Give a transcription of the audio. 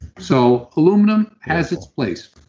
so aluminum has its place